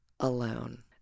alone